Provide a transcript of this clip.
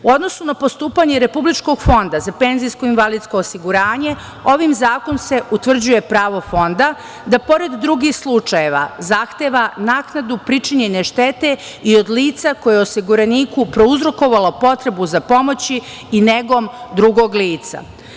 U odnosu na postupanje Republičkog fonda za PIO, ovim zakonom se utvrđuje pravo Fonda da pored drugih slučajeva zahteva naknadu pričinjene štete i od lica koje je osiguraniku prouzrokovalo potrebu za pomoći i negom drugog lica.